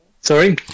sorry